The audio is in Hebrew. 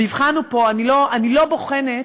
אני לא בוחנת,